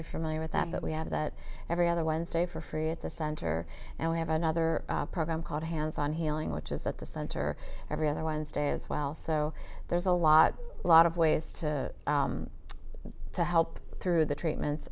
you're familiar with that but we have that every other wednesday for free at the center and we have another program called hands on healing which is at the center every other wednesday as well so there's a lot lot of ways to help through the treatments